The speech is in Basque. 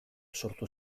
sortu